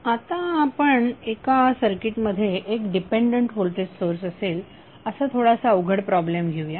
आता आपण एका सर्किट मध्ये एक डिपेंडंट व्होल्टेज सोर्स असेल असा थोडासा अवघड प्रॉब्लेम घेऊया